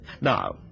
Now